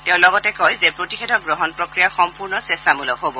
তেওঁ লগতে কয় যে প্ৰতিষেধক গ্ৰহণ প্ৰক্ৰিয়া সম্পূৰ্ণ স্বেচ্ছামূলক হ'ব